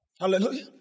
Hallelujah